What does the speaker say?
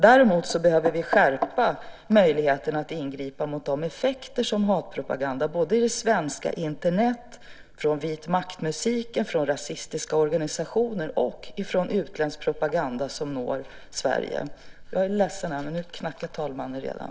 Däremot behöver vi skärpa möjligheten att ingripa mot effekterna av hatpropagandan såväl i det svenska Internet från vitmaktmusik och rasistiska organisationer som utländsk propaganda som når Sverige. Jag är ledsen, men nu knackar talmannen redan.